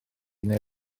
neu